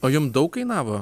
o jum daug kainavo